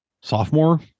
sophomore